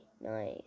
nice